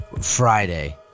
friday